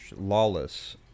Lawless